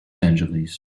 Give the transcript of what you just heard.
angeles